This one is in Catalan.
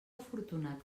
afortunat